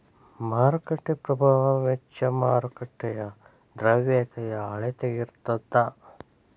ಮಾರುಕಟ್ಟೆ ಪ್ರಭಾವ ವೆಚ್ಚ ಮಾರುಕಟ್ಟೆಯ ದ್ರವ್ಯತೆಯ ಅಳತೆಯಾಗಿರತದ